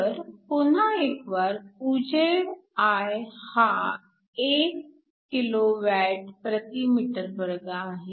तर पुन्हा एकवार उजेड I हा 1 KWm2 आहे